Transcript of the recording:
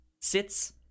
sits